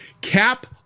Cap